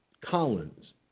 Collins